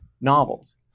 novels